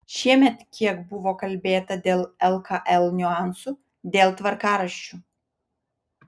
šiemet kiek buvo kalbėta dėl lkl niuansų dėl tvarkaraščių